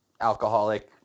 alcoholic